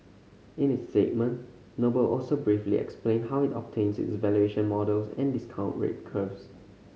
in its statement Noble also briefly explained how it obtains its valuation models and discount rate curves